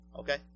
Okay